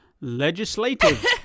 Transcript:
Legislative